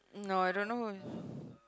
no I don't know who